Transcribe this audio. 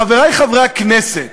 חברי חברי הכנסת,